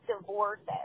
divorces